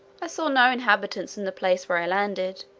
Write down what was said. i saw no inhabitants in the place where i landed,